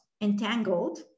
entangled